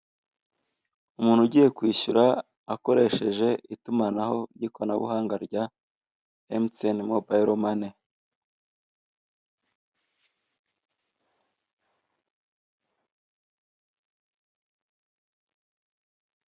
Umuntu ugiye kwishyura akoresheje itumanaho ry'ikoranabuhanga rya MTN mobile money.